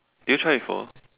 did you try before